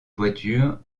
voitures